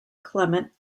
clement